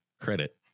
credit